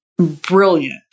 brilliant